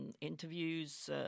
interviews